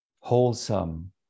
wholesome